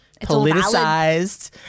politicized